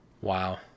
Wow